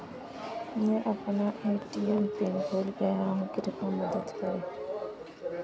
मैं अपना ATM pin भूल गया हूँ, कृपया मदद करें